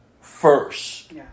first